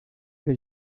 que